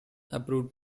approved